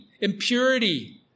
impurity